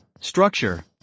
Structure